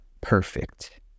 perfect